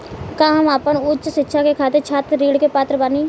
का हम आपन उच्च शिक्षा के खातिर छात्र ऋण के पात्र बानी?